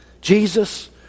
Jesus